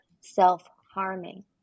self-harming